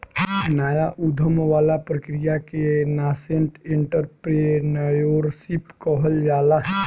नाया उधम वाला प्रक्रिया के नासेंट एंटरप्रेन्योरशिप कहल जाला